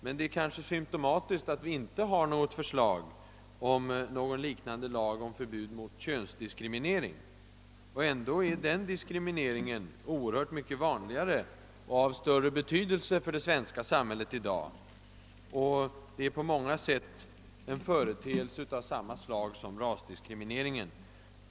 Men det är kanske symtomatiskt att vi inte har något förslagtillen liknande lag om förbud mot könsdiskriminering, och ändå är den diskrimineringen oerhört mycket vanligare och av större betydelse för det svenska samhället i dag. Den är på många sätt en företeelse av samma slag som rasdiskrimineringen.